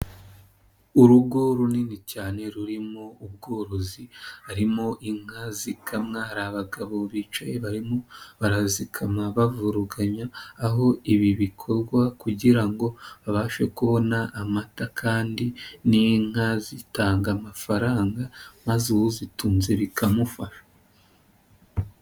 Urugo runini cyane rurimo ubworozi, harimo inka zikamwa hari abagabo bicaye barimo barazikama bavuruganya aho ibi bikorwa kugira ngo babashe kubona amata kandi n'inka zitanga amafaranga maze uzitunze bikamufasha.